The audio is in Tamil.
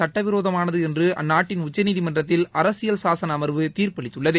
சட்டவிரோதமானது என்று அந்நாட்டின் உச்சநீதிமன்றத்தில் அரசியல் சாசன அமர்வு தீர்பளித்துள்ளது